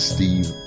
Steve